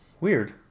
weird